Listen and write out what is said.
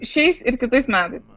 šiais ir kitais metais